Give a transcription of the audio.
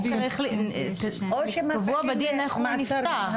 הליך פלילי, קבוע בדין איך הוא נפתח.